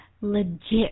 legit